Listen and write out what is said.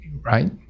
Right